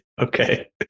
Okay